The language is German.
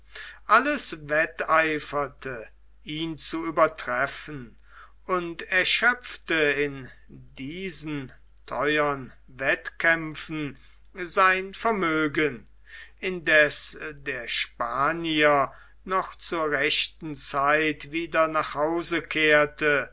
alles wetteiferte ihn zu übertreffen und erschöpfte in diesen theuern wettkämpfen sein vermögen indessen der spanier noch zur rechten zeit wieder nach hause kehrte